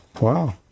wow